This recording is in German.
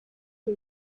sie